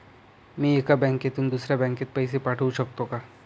मी एका बँकेतून दुसऱ्या बँकेत पैसे पाठवू शकतो का?